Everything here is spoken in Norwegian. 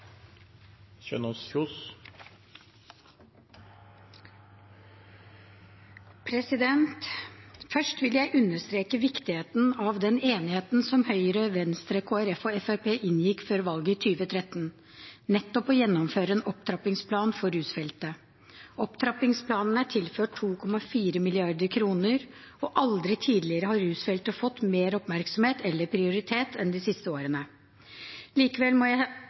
Først vil jeg understreke viktigheten av den enigheten som Høyre, Venstre, Kristelig Folkeparti og Fremskrittspartiet inngikk før valget i 2013, nettopp å gjennomføre en opptrappingsplan for rusfeltet. Opptrappingsplanen er tilført 2,4 mrd. kr, og aldri tidligere har rusfeltet fått mer oppmerksomhet eller prioritet enn de siste årene. Likevel må jeg